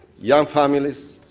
young families,